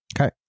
Okay